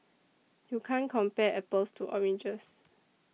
you can't compare apples to oranges